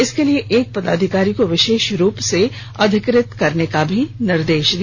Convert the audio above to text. इसके लिए एक पदाधिकारी को विशेष रूप से अधिकृत करने का भी निर्देश दिया